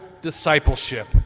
discipleship